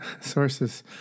sources